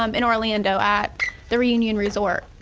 um in orlando at the reunion resort.